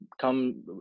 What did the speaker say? Come